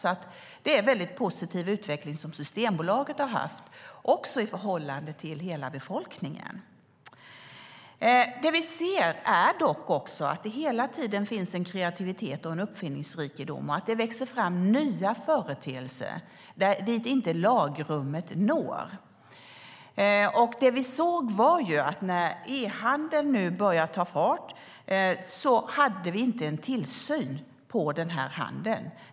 Det är alltså en mycket positiv utveckling som Systembolaget haft, detta också i förhållande till hela befolkningen. Det vi dock ser är att det hela tiden finns en kreativitet och en uppfinningsrikedom. Det växer fram nya företeelser dit lagrummet inte når. Vi har sett att när e-handeln nu börjat ta fart har vi inte haft en tillsyn av den.